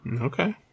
Okay